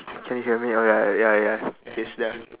can you hear me oh ya ya ya he's there